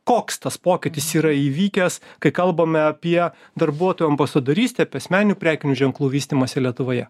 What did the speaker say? koks tas pokytis yra įvykęs kai kalbame apie darbuotojų ambasadorystę apie asmeninių prekinių ženklų vystymąsi lietuvoje